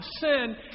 sin